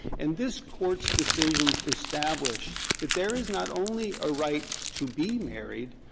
and this court's decisions establish that there is not only a right to be married,